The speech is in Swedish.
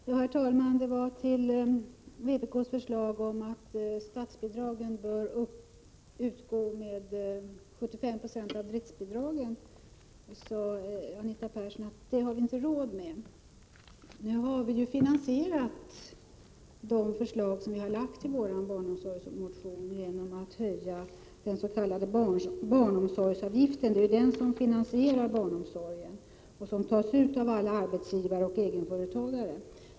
Herr talman! När det gäller vpk:s förslag om att statsbidrag bör utgå med 75 Yo av driftkostnaderna sade Anita Persson att vi inte har råd med det. Men vi har ju finansierat de förslag som vi har lagt fram i vår barnomsorgsmotion genom att vi föreslår en höjning av den s.k. barnomsorgsavgiften, som finansierar barnomsorgen och som tas ut av alla arbetsgivare och egenföretagare.